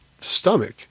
stomach